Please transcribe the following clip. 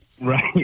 Right